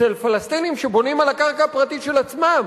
אצל פלסטינים שבונים על הקרקע הפרטית של עצמם